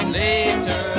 later